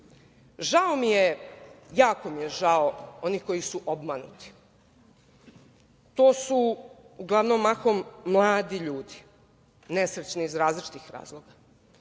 mi je, jako mi je žao, onih koji su obmanuti. To su uglavnom mladi ljudi, nesrećni iz različitih razloga.